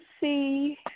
see